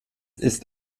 ist